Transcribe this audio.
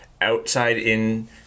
outside-in